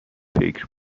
فکر